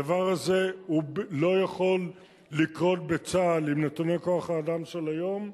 הדבר הזה לא יכול לקרות בצה"ל עם נתוני כוח-האדם של היום.